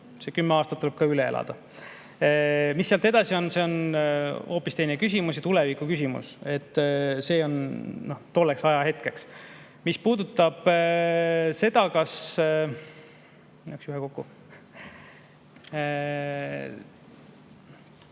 see kümme aastat tuleb ka üle elada. Mis sealt edasi on, see on hoopis teine küsimus ja tuleviku küsimus. See on tolleks ajahetkeks. Mis puudutab seda, kas